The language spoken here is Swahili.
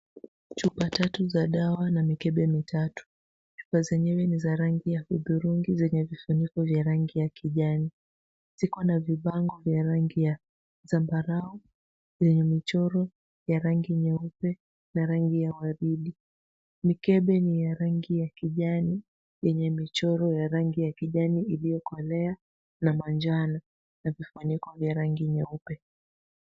Chupa tatu za dawa na mikebe mitatu. Chupa zenyewe ni za rangi ya hudhurungi zenye vifuniko vya rangi ya kijani. Ziko na vibango vya rangi ya zambarau zenye michoro ya rangi nyeupe na rangi ya waridi. Mikebe yenye rangi ya kijani yenye michoro ya rangi ya kijani iliokolea na manjano na vifuniko vya rangi nyeupe.